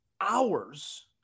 hours